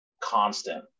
constant